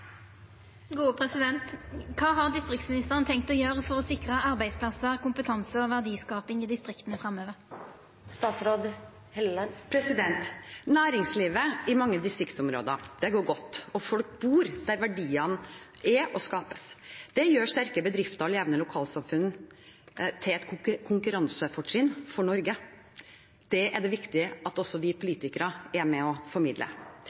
verdiskaping i distrikta framover?» Næringslivet i mange distriktsområder går godt, og folk bor der verdiene er og skapes. Det gjør sterke bedrifter og levende lokalsamfunn til et konkurransefortrinn for Norge, og det er det viktig at også vi politikere er med på å formidle.